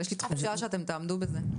אבל יש לי תחושה שאתם תעמדו בזה.